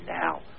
now